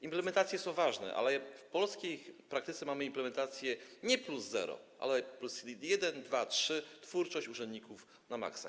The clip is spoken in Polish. Implementacje są ważne, ale w polskiej praktyce mamy implementacje nie plus 0, ale plus 1, 2, 3, twórczość urzędników na maksa.